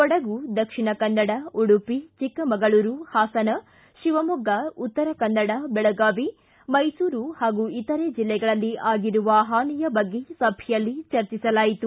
ಕೊಡಗು ದಕ್ಷಿಣ ಕನ್ನಡ ಉಡುಪಿ ಚಿಕ್ಕಮಗಳೂರು ಪಾಸನ ಶಿವಮೊಗ್ಗ ಉತ್ತರಕನ್ನಡ ಬೆಳಗಾವಿ ಮೈಸೂರು ಹಾಗೂ ಇತರೆ ಜಿಲ್ಲೆಗಳಲ್ಲಿ ಆಗಿರುವ ಪಾನಿಯ ಬಗ್ಗೆ ಸಭೆಯಲ್ಲಿ ಚರ್ಚಿಸಲಾಯಿತು